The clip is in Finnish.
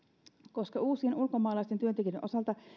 koska uusien ulkomaalaisten työntekijöiden osalta